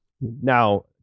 Now